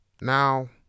Now